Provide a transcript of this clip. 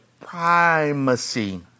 primacy